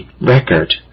record